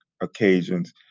occasions